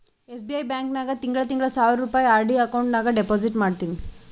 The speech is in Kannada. ಎಸ್.ಬಿ.ಐ ಬ್ಯಾಂಕ್ ನಾಗ್ ತಿಂಗಳಾ ತಿಂಗಳಾ ಸಾವಿರ್ ರುಪಾಯಿ ಆರ್.ಡಿ ಅಕೌಂಟ್ ನಾಗ್ ಡೆಪೋಸಿಟ್ ಮಾಡ್ತೀನಿ